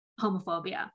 homophobia